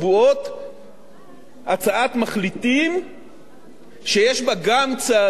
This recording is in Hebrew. הצעת מחליטים שיש בה גם צעדים של מיסוי,